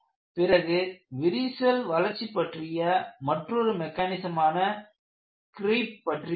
பிறகு விரிசல் வளர்ச்சி பற்றிய மற்றொரு மெக்கானிசமான கிரீப் பற்றி பார்த்தோம்